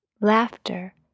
Laughter